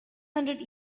hundred